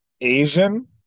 Asian